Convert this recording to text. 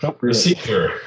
Receiver